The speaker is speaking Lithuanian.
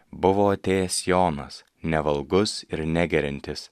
buvo atėjęs jonas nevalgus ir negeriantis